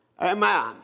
Amen